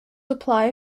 apply